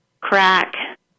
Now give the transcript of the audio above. crack